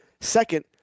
Second